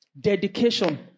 dedication